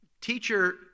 Teacher